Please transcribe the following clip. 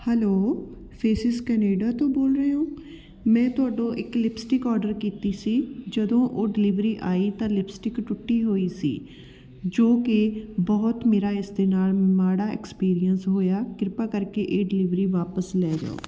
hello Faces Canada ਤੋਂ ਬੋਲ ਰਹੇ ਹੋ ਮੈਂ ਤੁਹਾਥੋਂ ਇੱਕ ਲਿਪਸਟਿਕ ਔਡਰ ਕੀਤੀ ਸੀ ਜਦੋਂ ਉਹ ਡਿਲੀਵਰੀ ਆਈ ਤਾਂ ਲਿਪਸਟਿਕ ਟੁੱਟੀ ਹੋਈ ਸੀ ਜੋ ਕਿ ਬਹੁਤ ਮੇਰਾ ਇਸ ਦੇ ਨਾਲ਼ ਮਾੜਾ ਐਕਸਪੀਰੀਅੰਸ ਹੋਇਆ ਕਿਰਪਾ ਕਰਕੇ ਇਹ ਡਿਲੀਵਰੀ ਵਾਪਸ ਲੈ ਜਾਉ